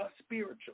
spiritual